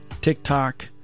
TikTok